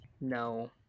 no